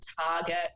target